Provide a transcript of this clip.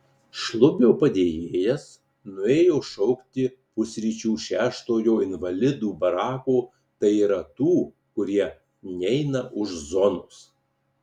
šlubio padėjėjas nuėjo šaukti pusryčių šeštojo invalidų barako tai yra tų kurie neina už zonos